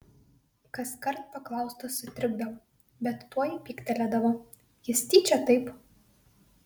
kaskart paklaustas sutrikdavo bet tuoj pyktelėdavo jis tyčia taip